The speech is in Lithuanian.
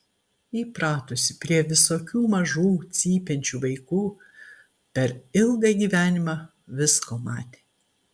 įpratusi prie visokių mažų cypiančių vaikų per ilgą gyvenimą visko matė